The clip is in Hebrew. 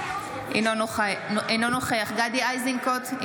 אינו נוכח גדי איזנקוט,